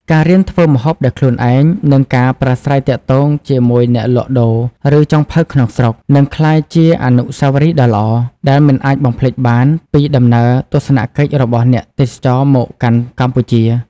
ការរៀនធ្វើម្ហូបដោយខ្លួនឯង និងការប្រាស្រ័យទាក់ទងជាមួយអ្នកលក់ដូរ ឬចុងភៅក្នុងស្រុក នឹងក្លាយជា អនុស្សាវរីយ៍ដ៏ល្អ ដែលមិនអាចបំភ្លេចបានពីដំណើរទស្សនកិច្ចរបស់អ្នកទេសចរមកកាន់កម្ពុជា ។